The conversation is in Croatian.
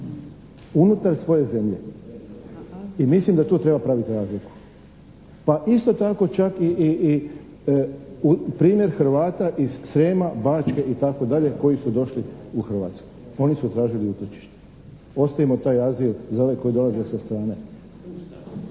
Unutar svoje zemlje. I mislim da to treba praviti razliku. Pa isto tako čak i primjer Hrvata iz Srijema, Bačke itd. koji su došli u Hrvatsku, oni su tražili utočište. Ostavimo taj azil za one koji dolaze sa strane.